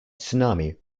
tsunami